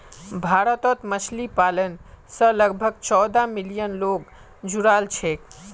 भारतत मछली पालन स लगभग चौदह मिलियन लोग जुड़ाल छेक